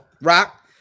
Rock